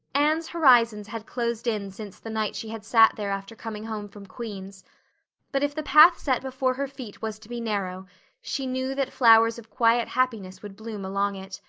anne's horizons had closed in since the night she had sat there after coming home from queen's but if the path set before her feet was to be narrow she knew that flowers of quiet happiness would bloom along it.